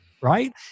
right